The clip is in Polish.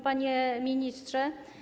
Panie Ministrze!